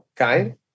okay